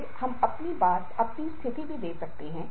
और मेरी स्थितियां बेहतरीन हैं